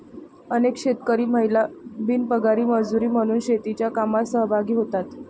अनेक शेतकरी महिला बिनपगारी मजुरी म्हणून शेतीच्या कामात सहभागी होतात